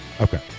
Okay